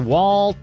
Walt